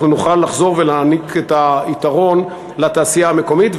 נוכל לחזור ולהעניק את היתרון לתעשייה המקומית.